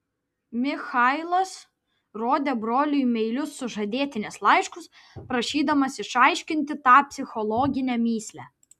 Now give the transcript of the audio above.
michailas rodė broliui meilius sužadėtinės laiškus prašydamas išaiškinti tą psichologinę mįslę